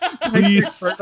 Please